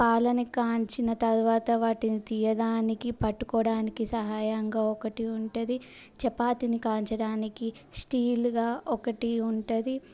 పాలని కాచిన తరువాత వాటిని తీయడానికి పట్టుకోడానికి సహాయంగా ఒకటి ఉంటుంది చపాతిని కాల్చడానికి స్టీల్గా ఒకటి ఉంటుంది